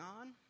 on